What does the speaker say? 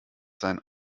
sein